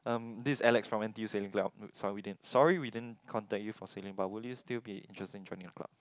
um this Alex from N_T_U sailing club sorry we didn't sorry we didn't contact you for sailing but will you still be interesting to joining the club